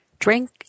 drink